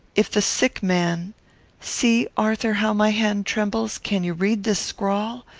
if the sick man see, arthur, how my hand trembles. can you read this scrawl?